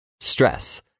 stress